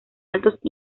altos